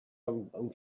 amb